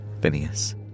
Phineas